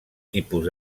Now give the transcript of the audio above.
tipus